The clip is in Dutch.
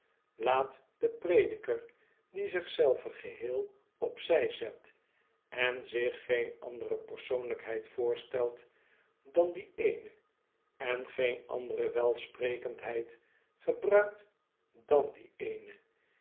laat de prediker die zich zelven geheel op zi z et en zich geen andere persoonlijkheid voorstelt dan dien éénen en geen andere welsprekendheid gebruikt dan die ééne